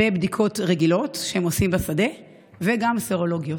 לגבי בדיקות רגילות שהם עושים בשדה וגם סרולוגיות.